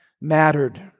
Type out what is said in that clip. mattered